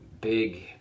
big